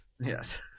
Yes